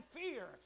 fear